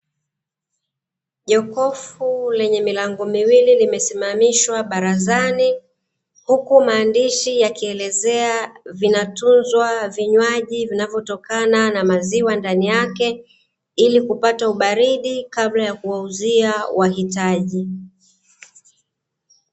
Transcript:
Jokofu lenye milango miwili limesimamishwa barazani, huku maandishi yakielezea vinatunzwa vinywaji vinavyotokana na maziwa ndani yake, ili kupata ubaridi kabla ya kuwauzia wahitaji.